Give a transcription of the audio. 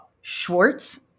Schwartz